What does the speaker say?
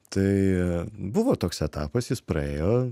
tai buvo toks etapas jis praėjo